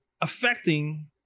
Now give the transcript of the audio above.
affecting